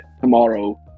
tomorrow